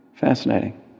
Fascinating